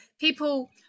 people